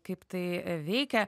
kaip tai veikia